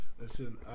Listen